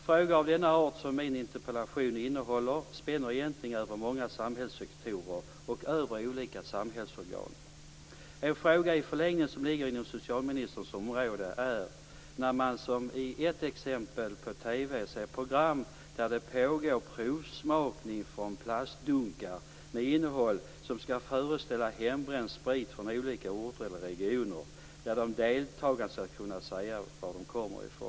Frågor av den art som min interpellation innehåller spänner egentligen över många samhällssektorer och över olika samhällsorgan. Det är ytterligare en fråga som i förlängningen ligger inom socialministerns område. På TV kan man se ett program där det pågår provsmakning av sprit i plastdunkar. Innehållet skall föreställa hembränt sprit från olika orter och regioner, och de deltagande skall kunna säga varifrån den kommer.